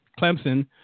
Clemson